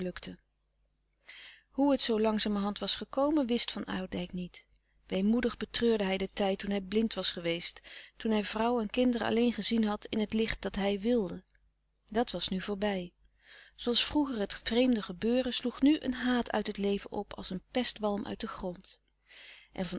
hoe het zoo langzamerhand was gekomen wist van oudijck niet weemoedig betreurde hij den tijd toen hij blind was geweest toen hij vrouw en kinderen alleen gezien had in het licht dat hij wilde dat was nu voorbij zooals vroeger het vreemde gebeuren sloeg nu een haat uit het leven op als een pestwalm uit den grond